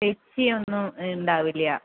തെച്ചിയൊന്നും ഉണ്ടാവില്ല